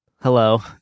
Hello